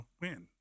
win